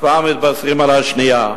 כבר מתבשרים על השנייה.